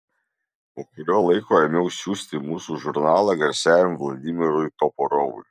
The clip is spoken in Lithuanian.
po kurio laiko ėmiau siųsti mūsų žurnalą garsiajam vladimirui toporovui